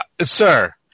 sir